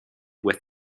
with